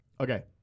Okay